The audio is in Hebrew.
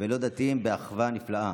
ולא דתיים, באחווה נפלאה.